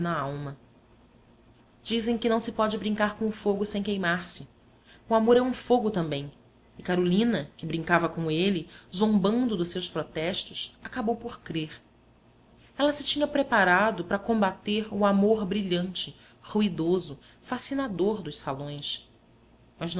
n'alma dizem que não se pode brincar com o fogo sem queimar se o amor é um fogo também e carolina que brincava com ele zombando dos seus protestos acabou por crer ela se tinha preparado para combater o amor brilhante ruidoso fascinador dos salões mas